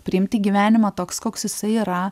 priimti gyvenimą toks koks jisai yra